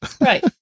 Right